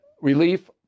relief